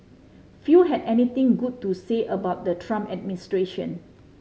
few had anything good to say about the Trump administration